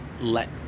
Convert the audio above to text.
let